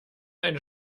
eine